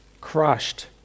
crushed